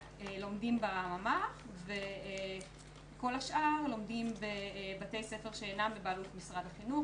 לומדים בממ"ח וכל השאר לומדים בבתי ספר שאינם בבעלות משרד החינוך,